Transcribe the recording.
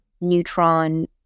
Neutron